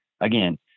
again